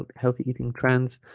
healthy eating trends